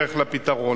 בדרך לפתרון.